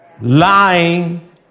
lying